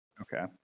okay